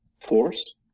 force